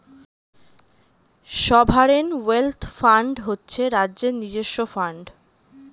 sovereign wealth fund হচ্ছে রাজ্যের নিজস্ব ফান্ড